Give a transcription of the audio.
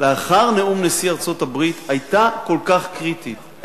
לאחר נאום נשיא ארצות-הברית היתה כל כך קריטית,